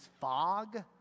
fog